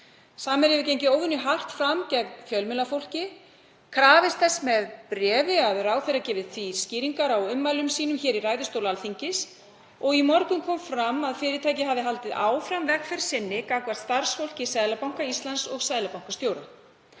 Samherji hefur gengið óvenjuhart fram gegn fjölmiðlafólki, krafist þess með bréfi að ráðherra gefi skýringar á ummælum sínum hér í ræðustóli Alþingis og í morgun kom fram að fyrirtækið hafi haldið áfram vegferð sinni gagnvart starfsfólki Seðlabanka Íslands og seðlabankastjóra.